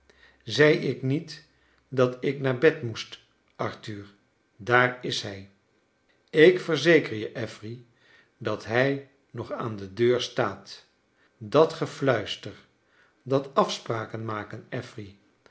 zei ik niet dat ik naar bed moest arthur daar is hij ik verzeker je affery dat hij nog aan de deur staat dat gefluister en dat afspraken maken affery